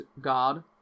God